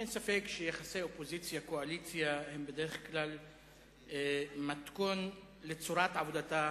אין ספק שיחסי אופוזיציה-קואליציה הם בדרך כלל מתכון לצורת עבודתה